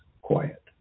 quiet